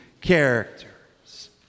characters